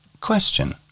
Question